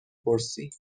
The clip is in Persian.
پرسی